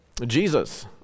Jesus